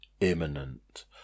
imminent